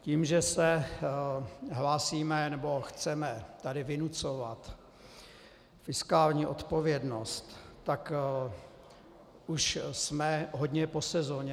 Tím, že se hlásíme, nebo chceme tady vynucovat fiskální odpovědnost, tak už jsme hodně po sezóně.